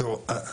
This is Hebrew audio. תראו,